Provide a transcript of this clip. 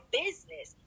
business